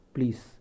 Please